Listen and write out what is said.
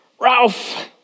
Ralph